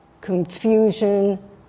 confusion